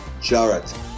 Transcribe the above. Jarrett